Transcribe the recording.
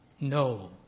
No